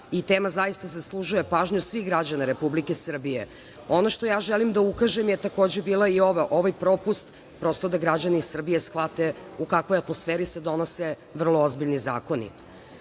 i tema zaista zaslužuje pažnju svih građana Republike Srbije. Ono na šta želim da ukažem je, takođe, bio ovaj propust da bi građani Srbije shvatili u kakvoj atmosferi se donose vrlo ozbiljni zakoni.U